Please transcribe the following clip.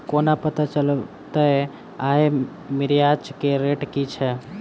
कोना पत्ता चलतै आय मिर्चाय केँ रेट की छै?